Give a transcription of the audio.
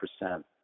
percent